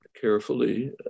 carefully